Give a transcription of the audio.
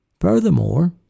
Furthermore